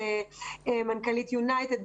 מנכ"לית יונייטד,